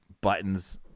buttons